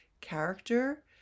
character